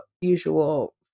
usual